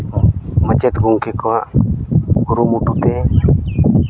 ᱢᱟᱪᱮᱫ ᱠᱚᱢᱠᱮ ᱠᱚᱣᱟᱜ ᱠᱩᱨᱩᱢᱩᱴᱩ ᱛᱮ